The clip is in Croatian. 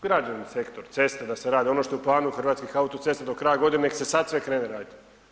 Građevni sektor, ceste da se rade, ono što je u planu Hrvatskih autocesta do kraja godine neka se sada sve krene raditi.